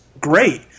great